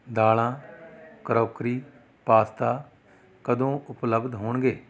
ਦਾਲਾਂ crockery pasta ਕਦੋਂ ਉਪਲਬਧ ਹੋਣਗੇ